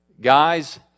guys